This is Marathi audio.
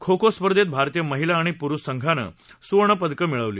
खो खो स्पर्धेत भारतीय महिला आणि पुरुष संघानं सुवर्णपदकं मिळवली